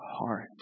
heart